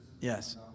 Yes